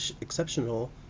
exceptional